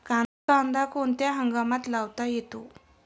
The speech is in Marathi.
कांदा कोणत्या हंगामात लावता येतो?